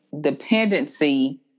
dependency